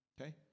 Okay